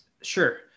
Sure